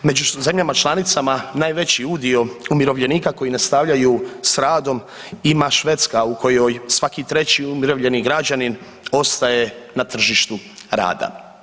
Među zemljama članicama najveći udio umirovljenika koji nastavljaju s radom ima Švedska u kojoj svaki treći umirovljeni građanin ostaje na tržištu rada.